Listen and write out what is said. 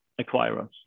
acquirers